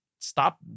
stop